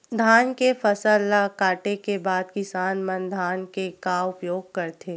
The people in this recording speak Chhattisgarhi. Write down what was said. धान के फसल ला काटे के बाद किसान मन धान के का उपयोग करथे?